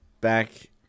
back